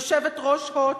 יושבת-ראש "הוט",